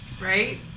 right